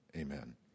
Amen